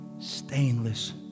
stainless